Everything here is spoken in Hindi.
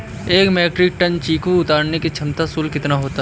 एक मीट्रिक टन चीकू उतारने का श्रम शुल्क कितना होगा?